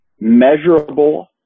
measurable